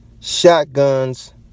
shotguns